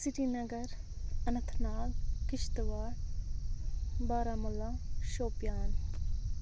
Srinagar Anantnag Kishtwar Baramulla Shopian